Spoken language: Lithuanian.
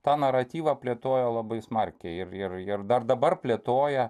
tą naratyvą plėtojo labai smarkiai ir ir ir dar dabar plėtoja